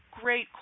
Great